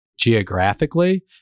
geographically